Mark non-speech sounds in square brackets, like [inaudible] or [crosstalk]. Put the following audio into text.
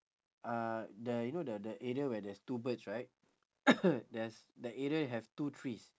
uh the you know the the area where there's two birds right [coughs] there's that area have two trees